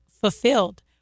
fulfilled